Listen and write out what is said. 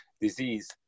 disease